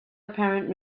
apparent